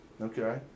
Okay